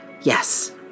Yes